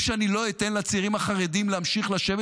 ושאני לא אתן לצעירים החרדים להמשיך לשבת